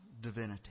divinity